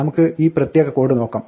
നമുക്ക് ഈ പ്രത്യേക കോഡ് നോക്കാം